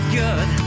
good